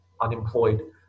unemployed